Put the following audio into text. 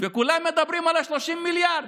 וכולם מדברים על ה-30 מיליארד.